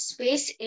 Space